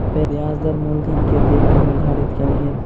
ब्याज दर मूलधन के देख के निर्धारित कयल गेल